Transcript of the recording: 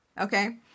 okay